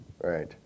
right